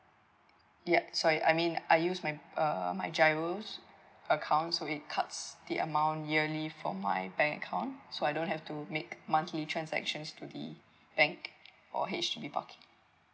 yup so I I mean I use my uh my GIRO account so it cuts the amount yearly for my bank account so I don't have to make monthly transactions to the bank or H_D_B parking